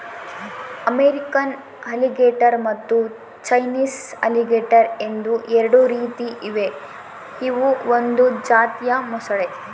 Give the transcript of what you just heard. American alligator ಮತ್ತು Chinese alligator ಎಂದು ಎರಡು ರೀತಿ ಇವೆ ಇವು ಒಂದು ಜಾತಿಯ ಮೊಸಳೆ